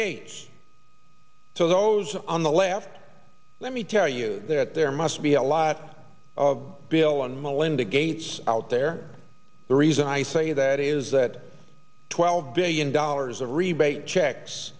gates so those on the left let me tell you that there must be a lot of bill and melinda gates out there the reason i say that is that twelve billion dollars of rebate checks